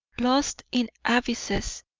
lost in abysses,